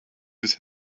his